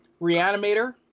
reanimator